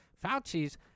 Fauci's